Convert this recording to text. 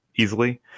Easily